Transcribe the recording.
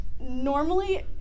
Normally